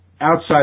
outside